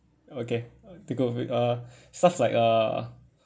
okay take over it uh stuff like uh